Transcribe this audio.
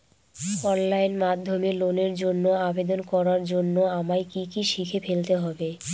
Online মাধ্যমে লোনের জন্য আবেদন করার জন্য আমায় কি কি শিখে ফেলতে হবে?